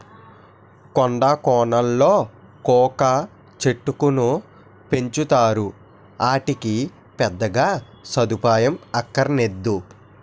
కొండా కోనలలో కోకా చెట్టుకును పెంచుతారు, ఆటికి పెద్దగా సదుపాయం అక్కరనేదు